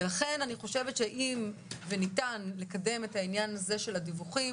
לכן אני חושבת שאם וניתן לקדם את עניין הדיווחים,